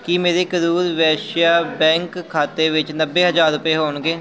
ਕੀ ਮੇਰੇ ਕਰੂਰ ਵੈਸ਼ਿਆ ਬੈਂਕ ਖਾਤੇ ਵਿੱਚ ਨੱਬੇ ਹਜ਼ਾਰ ਰੁਪਏ ਹੋਣਗੇ